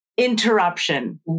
interruption